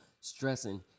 stressing